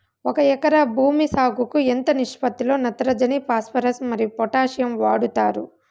ఒక ఎకరా భూమి సాగుకు ఎంత నిష్పత్తి లో నత్రజని ఫాస్పరస్ మరియు పొటాషియం వాడుతారు